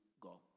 go